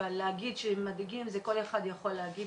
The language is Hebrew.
אבל להגיד שהם מדאיגים זה כל אחד יכול להגיד